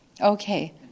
Okay